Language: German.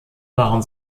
waren